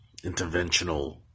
interventional